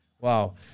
Wow